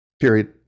period